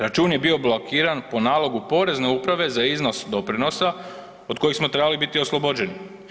Račun je bio blokiran po nalogu porezne uprave za iznos doprinosa od kojih smo trebali biti oslobođeni.